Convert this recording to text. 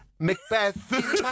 Macbeth